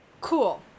cool